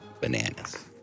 bananas